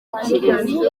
ikirezi